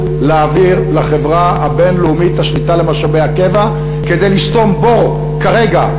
להעביר לחברה הבין-לאומית את השליטה על משאבי הטבע כדי לסתום בור כרגע,